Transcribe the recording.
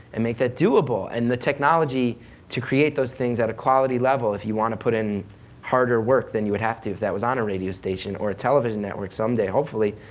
and make that doable and the technology to create those things at a quality level if you want to put in harder work than you would have to if it was on a radio station or a television network someday, hopefully,